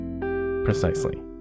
Precisely